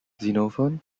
xenophon